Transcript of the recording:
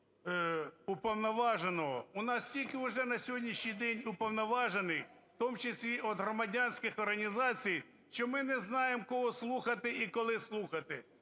У нас скільки уже на сьогоднішній день уповноважених, в тому числі від громадянських організацій, що ми не знаємо кого слухати і коли слухати.